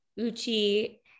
Uchi